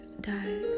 died